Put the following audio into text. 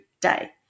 day